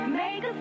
make